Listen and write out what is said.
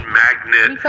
magnet